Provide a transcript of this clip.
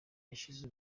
yashinze